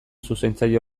zuzentzaile